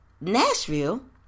Nashville